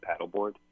paddleboard